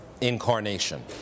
incarnation